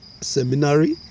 seminary